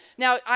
Now